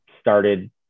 started